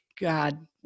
God